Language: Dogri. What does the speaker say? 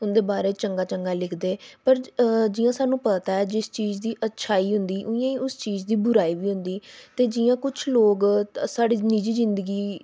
उं'दे बारे च चंगा चंगा लिखदे पर जि'यां सानूं पता ऐ जिस चीज दी होंदी उ'आं गै उस चीज दी बुराई बी होंदी ते जि'यां कुछ लोग साढ़ी निजि जिन्दगी